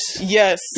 Yes